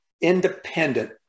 independent